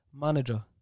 manager